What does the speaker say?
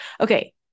Okay